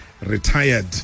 retired